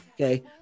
Okay